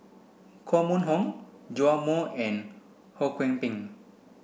Koh Mun Hong Joash Moo and Ho Kwon Ping